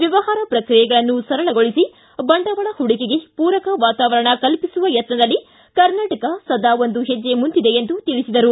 ವ್ಯವಹಾರ ಪ್ರಕ್ರಿಯೆಗಳನ್ನು ಸರಳಗೊಳಿಸಿ ಬಂಡವಾಳ ಹೂಡಿಕೆಗೆ ಪೂರಕ ವಾತಾವರಣ ಕಲ್ಪಿಸುವ ಯತ್ನದಲ್ಲಿ ಕರ್ನಾಟಕ ಸದಾ ಒಂದು ಹೆಜ್ಜೆ ಮುಂದಿದೆ ಎಂದು ತಿಳಿಸಿದರು